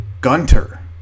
gunter